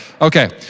Okay